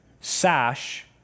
sash